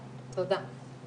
תודה.